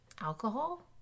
Alcohol